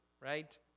right